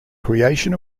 creation